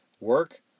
Work